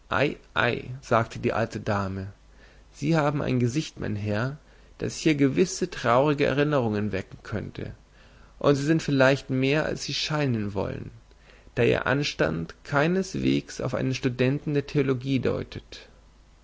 sagte die alte dame sie haben ein gesicht mein herr das hier gewisse traurige erinnerungen wecken könnte und sind vielleicht mehr als sie scheinen wollen da ihr anstand keinesweges auf einen studenten der theologie deutet